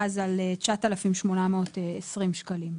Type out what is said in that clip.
9,820 שקלים.